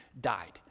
died